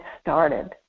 started